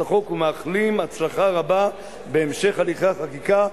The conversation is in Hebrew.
החוק ומאחלים הצלחה רבה בהמשך הליכי החקיקה.